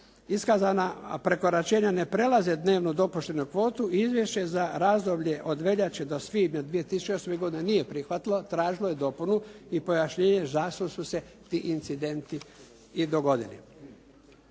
iskazana prekoračenja ne prelaze dnevnu dopuštenu kvotu izvješće za razdoblje od veljače do svibnja 2008. godine nije prihvatilo tražilo je dopunu i pojašnjenje zašto su se ti incidenti i dogodili.